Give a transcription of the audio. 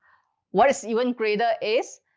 what is even greater is,